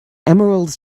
emerald